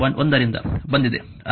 1 ರಿಂದ ಬಂದಿದೆ